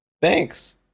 Thanks